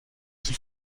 qui